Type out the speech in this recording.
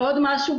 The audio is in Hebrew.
עוד משהו,